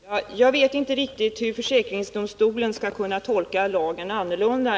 Herr talman! Jag förstår inte riktigt hur försäkringsöverdomstolen skall kunna tolka lagen annorlunda.